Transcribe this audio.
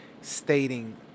stating